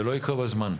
זה לא יקרה בזמן.